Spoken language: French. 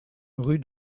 rue